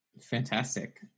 Fantastic